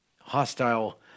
hostile